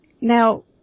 Now